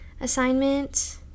assignment